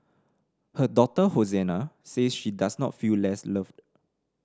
her daughter Hosanna says she does not feel less loved